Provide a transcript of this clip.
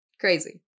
Crazy